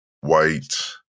white